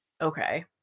Okay